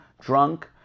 drunk